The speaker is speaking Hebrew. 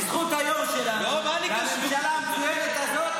בזכות היו"ר שלנו והממשלה המצוינת הזאת